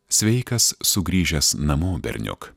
sveikas sugrįžęs namo berniuk